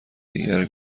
دیگر